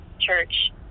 church